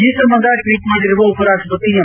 ಈ ಸಂಬಂಧ ಟ್ವೀಟ್ ಮಾಡಿರುವ ಉಪರಾಷ್ವಪತಿ ಎಂ